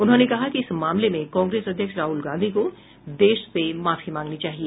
उन्होंने कहा कि इस मामले में कांग्रेस अध्यक्ष राहल गांधी को देश से मांफी मांगनी चाहिए